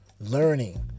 learning